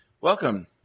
Welcome